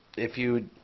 if you